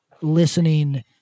listening